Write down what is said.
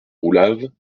roulave